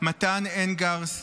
מתן אנגרסט,